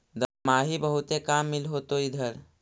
दमाहि बहुते काम मिल होतो इधर?